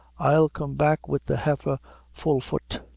i'll come back wid the heifer fullfut.